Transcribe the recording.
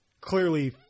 Clearly